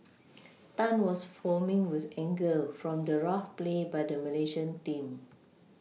Tan was foaming with anger from the rough play by the Malaysian team